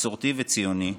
מסורתי וציוני,